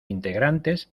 integrantes